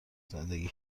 زندگی